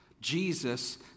Jesus